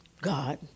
God